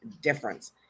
difference